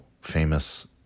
famous